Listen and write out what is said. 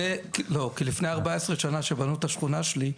כי לפני 14 שנה כשבנו את השכונה שלי,